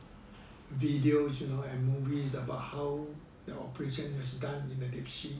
the videos you know and movies about how the operation was done in the deep sea